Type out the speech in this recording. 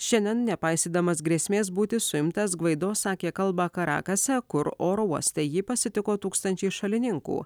šiandien nepaisydamas grėsmės būti suimtas gvaido sakė kalbą karakase kur oro uoste jį pasitiko tūkstančiai šalininkų